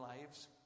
lives